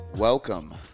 Welcome